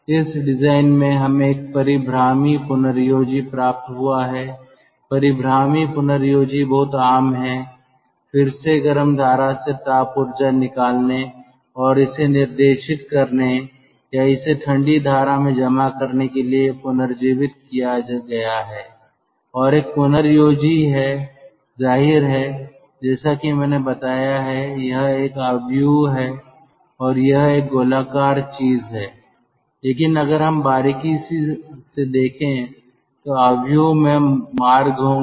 इस डिजाइन में हमें एक परीभ्रामी पुनर्योजी प्राप्त हुआ है परीभ्रामी पुनर्योजी बहुत आम हैं फिर से गर्म धारा से ताप ऊर्जा निकालने और इसे निर्देशित करने या इसे ठंडी धारा में जमा करने के लिए पुनर्जीवित किया गया है और एक पुनर्योजी है जाहिर है जैसा कि मैंने बताया है यह एक मैट्रिक्स है और यह एक गोलाकार चीज है लेकिन अगर हम बारीकी से देखें तो मैट्रिक्स में मार्ग होंगे